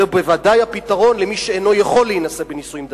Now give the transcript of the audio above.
זה בוודאי הפתרון למי שאינו יכול להינשא בנישואים דתיים.